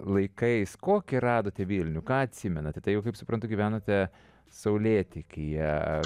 laikais kokį radote vilniuje ką atsimenate tai jau kaip suprantu gyvenote saulėtekyje